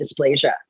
dysplasia